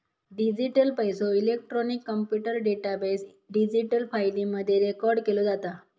digital पैसो, electronic computer database, digital फाईली मध्ये रेकॉर्ड केलो जाता